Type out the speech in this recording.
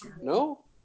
no